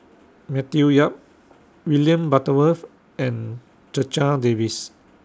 Matthew Yap William Butterworth and Checha Davies